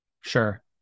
Sure